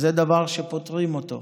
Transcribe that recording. זה דבר שפותרים אותו.